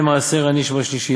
מפני מעשר עני שבשלישית,